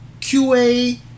QA